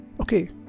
Okay